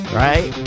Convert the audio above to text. right